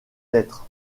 lettres